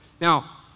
Now